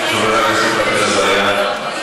חברת הכנסת רחל עזריה.